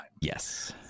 yes